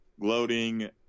Gloating